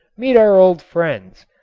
meet our old friends,